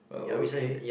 uh okay